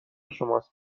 شماست